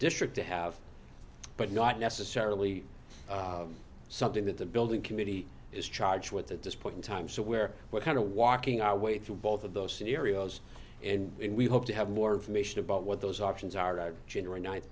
district to have but not necessarily something that the building committee is charged with at this point in time so where what kind of walking our way through both of those scenarios and when we hope to have more information about what those options are generally ni